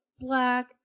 black